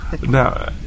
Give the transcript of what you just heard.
Now